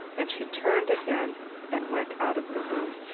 and she turned again and went out of the room,